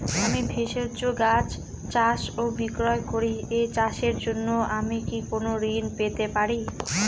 আমি ভেষজ গাছ চাষ ও বিক্রয় করি এই চাষের জন্য আমি কি কোন ঋণ পেতে পারি?